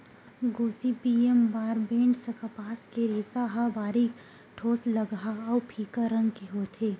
Gossypium barbadense कपास के रेसा ह बारीक, ठोसलगहा अउ फीक्का रंग के होथे